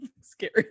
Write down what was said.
scary